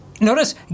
Notice